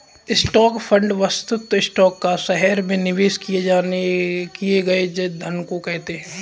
stock fund वस्तुतः stock या शहर में निवेश किए गए धन को कहते हैं